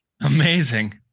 amazing